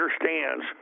understands